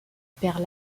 père